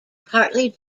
partly